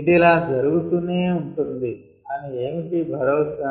ఇది ఇలా జరుగుతూ నే ఉంటుంది అని ఏమిటి భరోసా